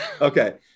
Okay